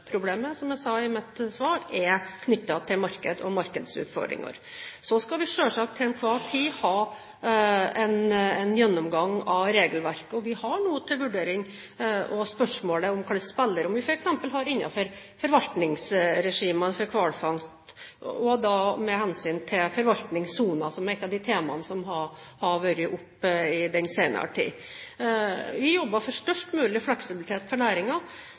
til marked og markedsutfordringer. Så skal vi selvsagt til enhver tid ha en gjennomgang av regelverket. Vi har nå til vurdering spørsmålet om hva slags spillerom vi f.eks. har innenfor forvaltningsregimet for hvalfangst med hensyn til forvaltningssoner, som er ett av de temaene som har vært oppe den senere tid. Vi jobber for størst mulig fleksibilitet for